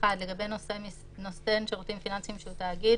לגבי נותן שירותים פיננסיים שהוא תאגיד,